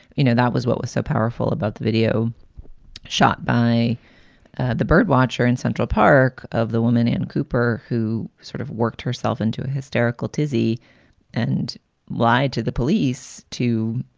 you know, that was what was so powerful about the video shot by the birdwatcher in central park. of the woman and cooper, who sort of worked herself into a hysterical tizzy and lied to the police to,